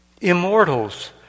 Immortals